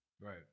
Right